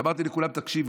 ואמרתי לכולם: תקשיבו,